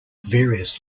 various